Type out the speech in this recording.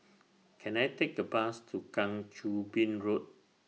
Can I Take A Bus to Kang Choo Bin Road